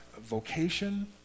vocation